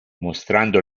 mostrando